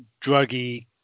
druggy